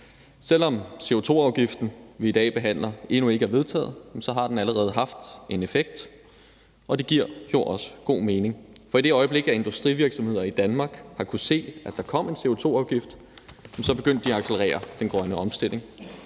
Selv om CO2-afgiften, vi i dag behandler, endnu ikke er vedtaget, har den allerede haft en effekt, og det giver jo også god mening. For i det øjeblik industrivirksomheder i Danmark har kunnet se, at der kom en CO2-afgift, begyndte de at accelerer den grønne omstilling.